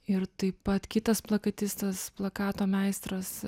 ir taip pat kitas plakatistas plakato meistras